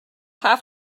have